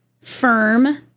firm